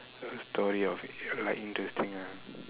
a story of like interesting ah